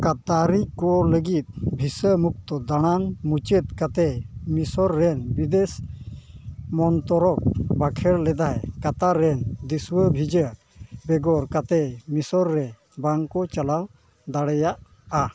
ᱠᱟᱛᱟᱨᱤ ᱠᱚ ᱞᱟᱹᱜᱤᱫ ᱵᱷᱤᱥᱟ ᱢᱩᱠᱛᱚ ᱫᱟᱬᱟᱱ ᱢᱩᱪᱟᱹᱫ ᱠᱟᱛᱮᱫ ᱢᱤᱥᱚᱨ ᱨᱮᱱ ᱵᱤᱫᱮᱥ ᱢᱚᱱᱛᱨᱚᱠ ᱵᱟᱠᱷᱮᱬ ᱞᱮᱫᱟᱭ ᱠᱟᱛᱟᱨ ᱨᱮᱱ ᱫᱤᱥᱩᱣᱟᱹ ᱵᱷᱤᱥᱟ ᱵᱮᱜᱚᱨ ᱠᱟᱛᱮᱫ ᱢᱤᱥᱚᱨ ᱨᱮ ᱵᱟᱝᱠᱚ ᱪᱟᱞᱟᱣ ᱫᱟᱲᱮᱭᱟᱜᱼᱟ